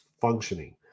functioning